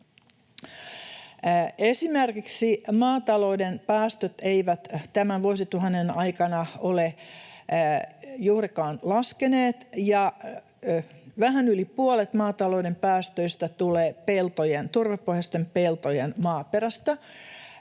Esimerkiksi maatalouden päästöt eivät tämän vuosituhannen aikana ole juurikaan laskeneet, ja vähän yli puolet maatalouden päästöistä tulee turvepohjaisten peltojen maaperästä.